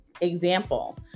example